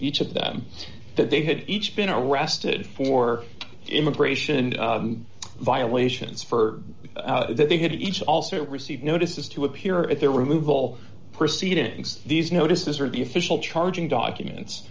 each of them that they had each been arrested for immigration violations for that they could each also receive notices to appear at their removal proceedings these notices are the official charging documents